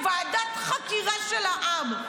"ועדת חקירה של העם".